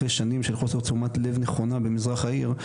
אחרי שנים של חוסר תשומת לב נכונה במזרח העיר,